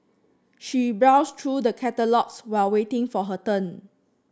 she browsed through the catalogues while waiting for her turn